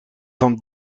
van